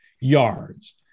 yards